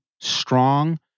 strong